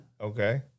okay